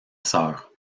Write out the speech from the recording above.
sœur